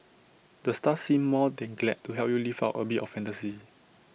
the staff seem more than glad to help you live out A bit of fantasy